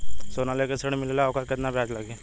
सोना लेके ऋण मिलेला वोकर केतना ब्याज लागी?